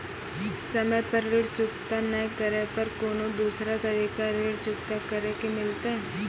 समय पर ऋण चुकता नै करे पर कोनो दूसरा तरीका ऋण चुकता करे के मिलतै?